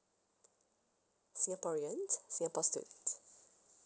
singaporean singapore student